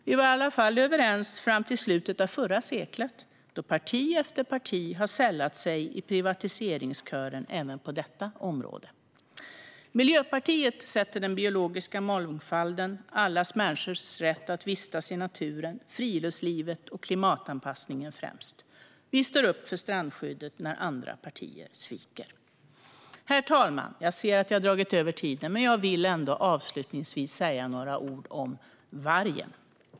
Vi var i alla fall överens fram till slutet av förra seklet, då parti efter parti började instämma i privatiseringskören även på detta område. Miljöpartiet sätter den biologiska mångfalden, allas människor rätt att vistas i naturen, friluftslivet och klimatanpassningen främst. Vi står upp för strandskyddet när andra partier sviker. Herr talman! Jag ser att jag har dragit över tiden, men jag vill ändå avslutningsvis säga några ord om vargen.